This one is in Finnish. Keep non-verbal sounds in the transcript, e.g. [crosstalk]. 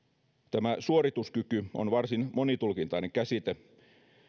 tämä suorituskyky [unintelligible] on varsin monitulkintainen käsite